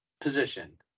position